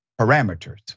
parameters